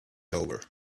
over